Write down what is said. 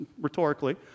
rhetorically